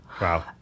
Wow